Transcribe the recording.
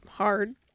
Hard